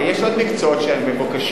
יש עוד מקצועות שהם מבוקשים,